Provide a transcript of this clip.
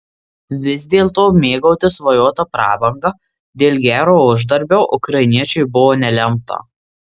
vis dėlto mėgautis svajota prabanga dėl gero uždarbio ukrainiečiui buvo nelemta